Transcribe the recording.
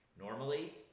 Normally